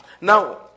Now